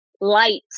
lights